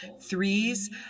Threes